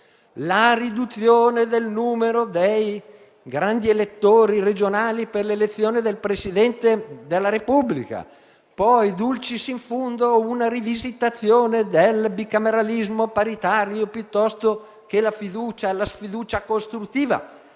la riduzione del numero dei grandi elettori regionali per l'elezione del Presidente della Repubblica e poi - *dulcis in fundo* - una rivisitazione del bicameralismo paritario e la fiducia o sfiducia costruttiva.